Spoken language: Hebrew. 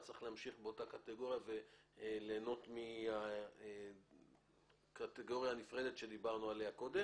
צריך להמשיך באותה קטגוריה וליהנות מהקטגוריה הנפרדת שדיברנו עליה קודם,